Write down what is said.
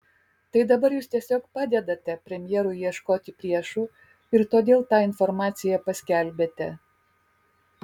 tai dabar jūs tiesiog padedate premjerui ieškoti priešų ir todėl tą informaciją paskelbėte